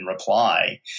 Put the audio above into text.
reply